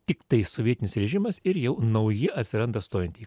tiktai sovietinis režimas ir jau nauji atsiranda stojantieji